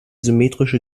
symmetrische